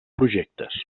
projectes